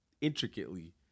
intricately